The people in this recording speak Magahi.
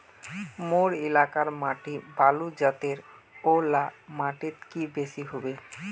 मोर एलाकार माटी बालू जतेर ओ ला माटित की बेसी हबे?